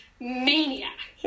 maniac